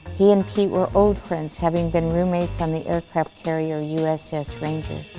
he and pete were old friends, having been roommates on the aircraft carrier uss uss ranger.